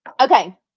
Okay